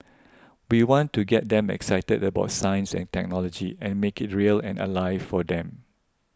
we want to get them excited about science and technology and make it real and alive for them